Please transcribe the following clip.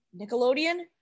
nickelodeon